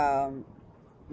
um